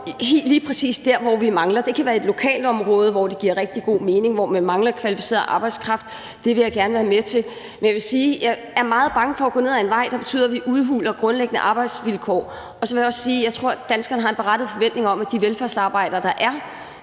lige præcis dér, hvor man mangler arbejdskraft. Det kan være i et lokalområde, hvor det giver rigtig god mening, og hvor man mangler kvalificeret arbejdskraft. Det vil jeg gerne være med til. Men jeg vil sige, at jeg er meget bange for at gå ned ad en vej, der betyder, at vi udhuler grundlæggende arbejdsvilkår. Og så vil jeg også sige, at jeg tror, at danskerne har en berettiget forventning om, at de velfærdsarbejdere, der er,